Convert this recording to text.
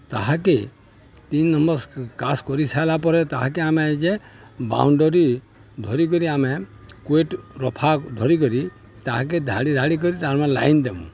ତାହାକେ ତିନ୍ ନମ୍ବର୍ କାସ୍ କରିସାର୍ଲା ପରେ ତାହାକେ ଆମେ ଯେ ବାଉଣ୍ଡରୀ ଧରିିକରି ଆମେ କୁରେଟ୍ ରଫା ଧରିକରି ତାହାକେ ଧାଡ଼ି ଧାଡ଼ି କରି ତାର୍ମାନେ ଲାଇନ୍ ଦେମୁ